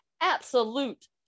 Absolute